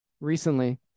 recently